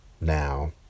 Now